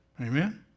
Amen